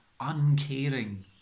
uncaring